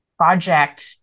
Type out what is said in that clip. Project